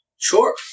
Sure